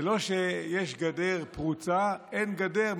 זה לא שיש גדר פרוצה, אין גדר.